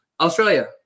Australia